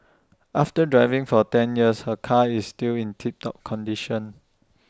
after driving for ten years her car is still in tip top condition